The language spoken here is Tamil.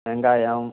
வெங்காயம்